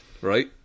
Right